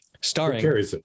starring